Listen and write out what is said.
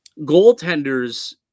goaltenders